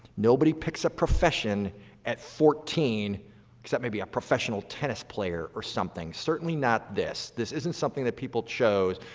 nobody picks a profession at fourteen except maybe a professional tennis player or something. certainly not this. this isn't something that people chose,